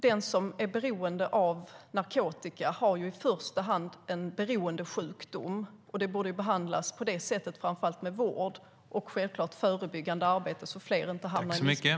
Den som är beroende av narkotika har ju i första hand en beroendesjukdom och borde behandlas på det sättet, framför allt med vård. Det handlar självklart också om förebyggande arbete, så att inte fler hamnar i missbruk.